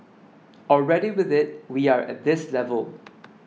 already with it we are at this level